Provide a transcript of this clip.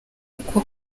uko